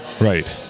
Right